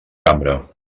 cambra